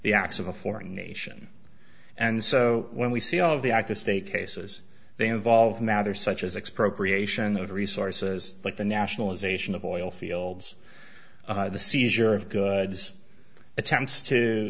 the acts of a foreign nation and so when we see all of the active state cases they involve matters such as expropriation of resources like the nationalization of oil fields the seizure of goods attempts to